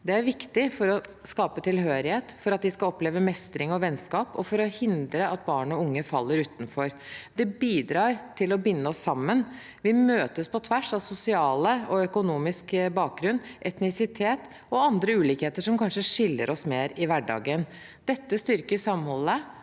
Det er viktig for å skape tilhørighet, for at de skal oppleve mestring og vennskap, og for å hindre at barn og unge faller utenfor. Det bidrar til å binde oss sammen. Vi møtes på tvers av sosial og økonomisk bakgrunn, etnisitet og andre ulikheter som kanskje skiller oss mer i hverdagen. Dette styrker samholdet,